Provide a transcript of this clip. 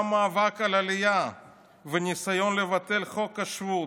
גם המאבק על העלייה והניסיון לבטל את חוק השבות,